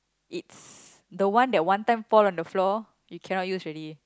it's the one that one time pour on the floor you cannot use already